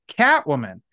Catwoman